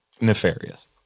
nefarious